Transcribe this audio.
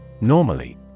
Normally